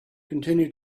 continued